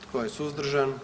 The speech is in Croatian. Tko je suzdržan?